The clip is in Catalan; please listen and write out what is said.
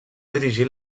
dirigir